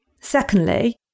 Secondly